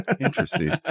Interesting